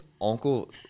uncle